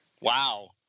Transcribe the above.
Wow